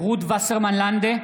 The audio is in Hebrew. רות וסרמן לנדה,